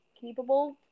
capable